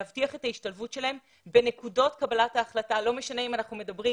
להבטיח את ההשתלבות שלהם בנקודות קבלת ההחלטה - ולא משנה אם אנחנו מדברים